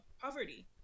poverty